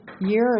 year